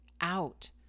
out